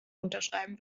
unterschreiben